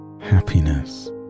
happiness